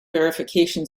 verification